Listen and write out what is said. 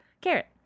carrot